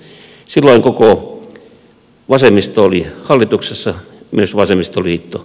silloin koko vasemmisto oli hallituksessa myös vasemmistoliitto